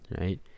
right